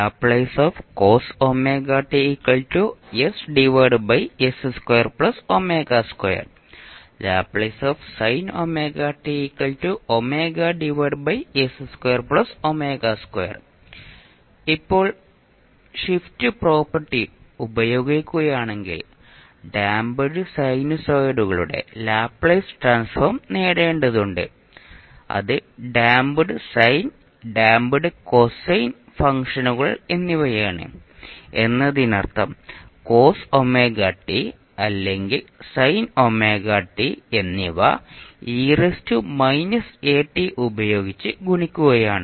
നമുക്കറിയാം ഇപ്പോൾ shift property ഉപയോഗിക്കുകയാണെങ്കിൽ ഡാംപ്ഡ് സൈനസോയിഡുകളുടെ ലാപ്ലേസ് ട്രാൻസ്ഫോം നേടേണ്ടതുണ്ട് അത് ഡാംപ്ഡ് സൈൻ ഡാംപ്ഡ് കോസൈൻ ഫംഗ്ഷനുകൾ എന്നിവയാണ് എന്നതിനർത്ഥം അല്ലെങ്കിൽ എന്നിവ ഉപയോഗിച്ച് ഗുണിക്കുകയാണ്